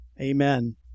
Amen